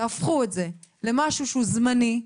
תהפכו את זה למשהו שהוא זמני.